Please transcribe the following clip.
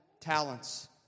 talents